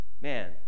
man